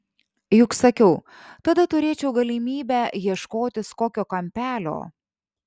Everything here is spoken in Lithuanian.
juk sakiau tada turėčiau galimybę ieškotis kokio kampelio